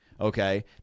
okay